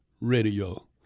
radio